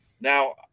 Now